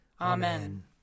Amen